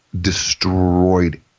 destroyed